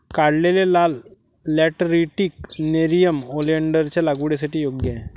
काढलेले लाल lateritic nerium ओलेन्डरच्या लागवडीसाठी योग्य आहे